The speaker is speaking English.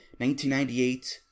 1998